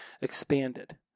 Expanded